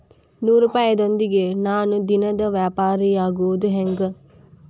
ನೂರುಪಾಯದೊಂದಿಗೆ ನಾನು ದಿನದ ವ್ಯಾಪಾರಿಯಾಗೊದ ಹೆಂಗ?